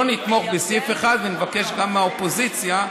לא נתמוך בסעיף 1 ונבקש גם מהאופוזיציה,